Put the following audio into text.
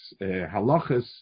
halachas